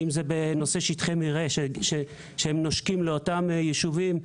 אם זה בנושא שטחי מרעה שהם נושקים לאותם ישובים.